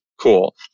cool